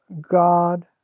God